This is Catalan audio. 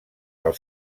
del